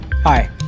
Hi